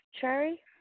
Cherry